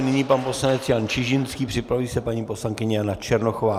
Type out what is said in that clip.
Nyní pan poslanec Jan Čižinský, připraví se paní poslankyně Jana Černochová.